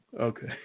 Okay